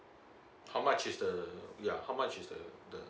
how much is yeah how much is the the